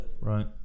right